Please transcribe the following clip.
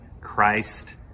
Christ